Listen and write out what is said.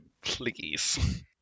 Please